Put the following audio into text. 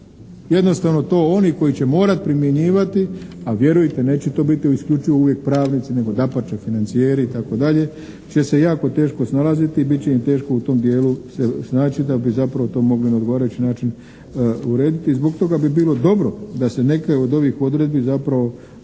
Jednostavno to oni koji će morati primjenjivati, a vjerujte neće to biti isključivo uvijek pravnici, nego dapače financijeri itd. će se jako teško snalaziti i bit će im teško u tom dijelu se snaći da bi zapravo to mogli na odgovarajući način urediti. Zbog toga bi bilo dobro da se neke od ovih odredbi zapravo